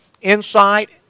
insight